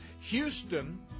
Houston